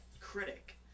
critic